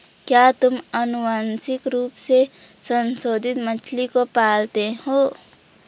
क्या तुम आनुवंशिक रूप से संशोधित मछली को पालते हो?